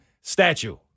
statue